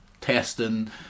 testing